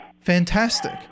Fantastic